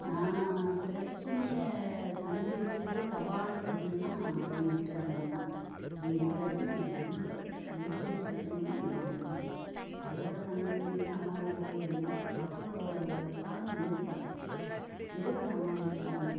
நான் பிரச்சனையை சந்தித்தது சவால் அப்படினா எங்கள் வீட்டுக்காருனாலே தான் எங்கள் வீட்டுக்காரு தான் எனக்கு ரொம்ப மிகப்பெரிய பிரச்சினைன்னா எங்கள் வீட்டுக்காரரு தான் அவர்ப்பாட்ட சண்டை பண்டு அம்மா வீட்டில் போய் இருந்தேன் அப்புறம் ஒரு காலம் தான் நினச்சு பார்த்தேன் எதுக்கு போய் அம்மா வீட்டில் இருக்கணும்